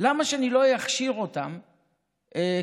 למה שאני לא אכשיר אותם כפרמדיקים?